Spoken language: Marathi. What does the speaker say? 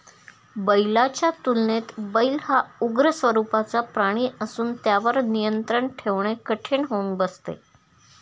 बैलाच्या तुलनेत बैल हा उग्र स्वरूपाचा प्राणी असून त्यावर नियंत्रण ठेवणे कठीण होऊन बसते